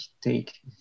take